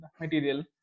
material